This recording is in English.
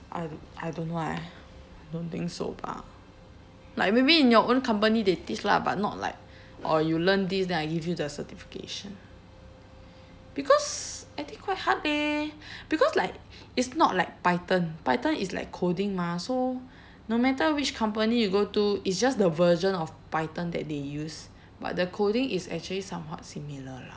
I don't I don't know eh don't think so bah like maybe in your own company they teach lah but not like orh you learn this then I give you the certification because I think quite hard leh because like it's not like python python is like coding mah so no matter which company you go to it's just the version of python that they use but the coding is actually somewhat similar lah